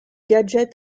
gadgets